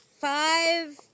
five